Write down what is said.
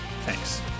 thanks